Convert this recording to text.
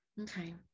okay